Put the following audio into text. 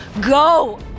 Go